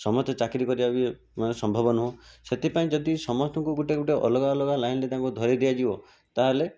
ସମସ୍ତେ ଚାକିରି କରିବା ବି ମାନେ ସମ୍ଭବ ନୁହଁ ସେଥିପାଇଁ ଯଦି ସମସ୍ତଙ୍କୁ ଗୋଟିଏ ଗୋଟିଏ ଅଲଗା ଅଲଗା ଲାଇନରେ ତାଙ୍କୁ ଧରେଇ ଦିଆଯିବ ତାହେଲେ